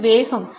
அது வேகம்